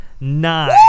Nine